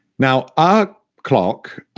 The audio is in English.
now, our clock,